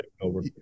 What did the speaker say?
over